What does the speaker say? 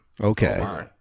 Okay